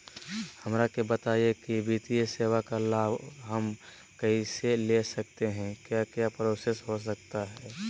हमरा के बताइए की वित्तीय सेवा का लाभ हम कैसे ले सकते हैं क्या क्या प्रोसेस हो सकता है?